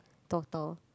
total